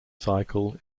cycle